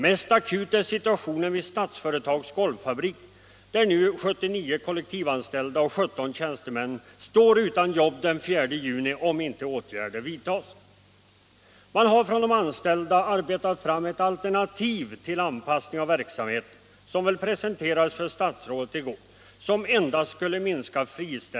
Mest akut är situationen vid Statsföretags golvfabrik, där 79 kollektivanställda och 17 tjänstemän står utan jobb den 4 juni, om inte åtgärder vidtas. De anställda har arbetat fram ett alternativ till anpassning av verksamheten som skulle minska friställningarna till endast hälften av vad Statsföretag har föreslagit.